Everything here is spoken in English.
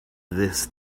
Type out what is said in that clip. this